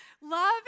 Love